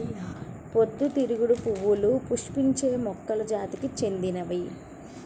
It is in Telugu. పొద్దుతిరుగుడు పువ్వులు పుష్పించే మొక్కల జాతికి చెందినవి